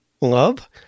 love